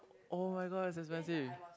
oh-my-god it's expensive